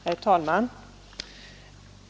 Herr talman!